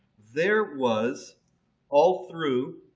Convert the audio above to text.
there was all through